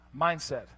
mindset